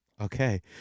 okay